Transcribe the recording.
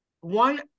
one